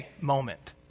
moment